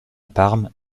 parme